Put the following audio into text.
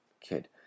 kid